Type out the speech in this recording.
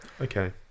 Okay